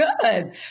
Good